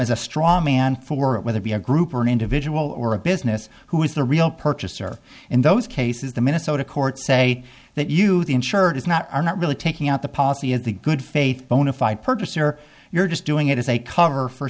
as a straw man for it whether be a group or an individual or a business who is the real purchaser in those cases the minnesota courts say that you the insured is not are not really taking out the policy of the good faith bona fide purchaser you're just doing it as a cover for